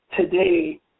today